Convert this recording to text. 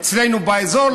אצלנו באזור,